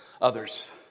Others